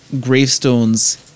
gravestones